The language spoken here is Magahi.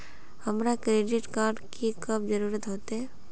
हमरा क्रेडिट कार्ड की कब जरूरत होते?